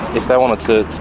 if they wanted to